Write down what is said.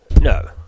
No